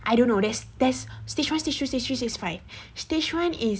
I don't know there's there's stage one stage two stage three stage five stage one is